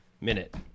minute